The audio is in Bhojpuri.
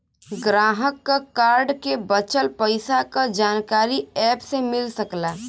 ग्राहक क कार्ड में बचल पइसा क जानकारी एप से मिल सकला